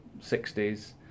60s